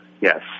yes